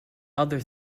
other